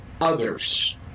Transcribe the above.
others